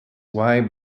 why